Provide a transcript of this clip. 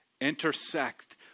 intersect